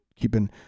Keeping